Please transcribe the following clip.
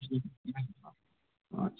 हुन् हुन्छ हजुर